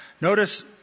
Notice